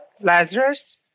Lazarus